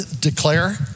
declare